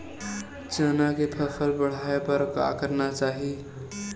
चना के फसल बढ़ाय बर का करना चाही?